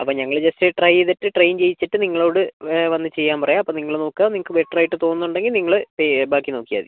അപ്പം ഞങ്ങൾ just try ചെയ്തിട്ട് ട്രെയിൻ ചെയ്യിച്ചിട്ട് നിങ്ങളോട് വന്ന് ചെയ്യാൻ പറയാം അപ്പം നിങ്ങൾ നോക്കുക നിങ്ങൾക്ക് ബെറ്റർ ആയിട്ട് തോന്നുന്നുണ്ടെങ്കിൽ നിങ്ങൾ ചെയ്യ് ബാക്കി നോക്കിയാൽ മതി